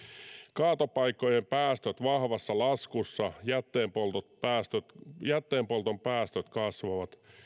kaatopaikkojen päästöt vahvassa laskussa jätteenpolton päästöt jätteenpolton päästöt kasvavat